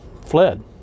fled